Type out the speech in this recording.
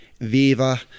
Viva